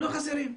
לא חסרים.